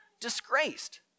disgraced